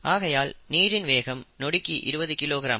ஆகையால் நீரின் வேகம் நொடிக்கு 20 கிலோகிராம்